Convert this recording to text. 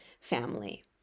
family